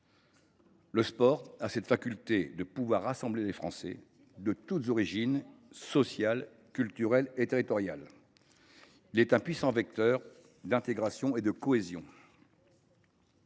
Le sport a le pouvoir de rassembler des Français de toutes origines sociales, culturelles et territoriales. Il est, en ce sens, un puissant vecteur d’intégration et de cohésion.